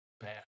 bad